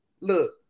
Look